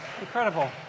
incredible